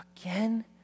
again